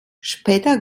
später